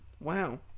Wow